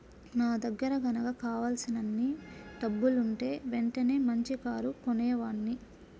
నా దగ్గర గనక కావలసినన్ని డబ్బులుంటే వెంటనే మంచి కారు కొనేవాడ్ని